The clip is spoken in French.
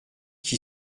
qui